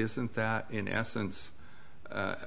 isn't that in essence